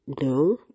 No